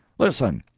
listen.